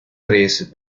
tres